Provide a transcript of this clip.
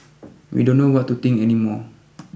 we don't know what to think any more